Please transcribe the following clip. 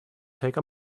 take